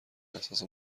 احساس